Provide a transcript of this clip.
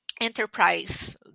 enterprise